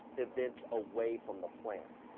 events away from the plant.